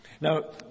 Now